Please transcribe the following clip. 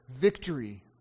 victory